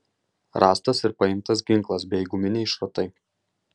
rastas ir paimtas ginklas bei guminiai šratai